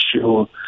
sure